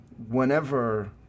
Whenever